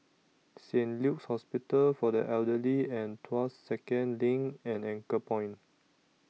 Saint Luke's Hospital For The Elderly and Tuas Second LINK and Anchorpoint